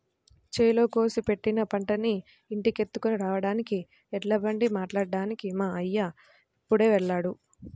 చేలో కోసి పెట్టిన పంటని ఇంటికెత్తుకొని రాడానికి ఎడ్లబండి మాట్లాడ్డానికి మా అయ్య ఇప్పుడే వెళ్ళాడు